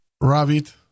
rabbit